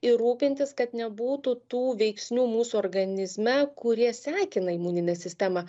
ir rūpintis kad nebūtų tų veiksnių mūsų organizme kurie sekina imuninę sistemą